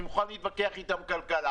אני מוכן להתווכח איתם על כלכלה